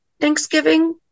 Thanksgiving